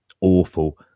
awful